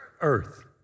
earth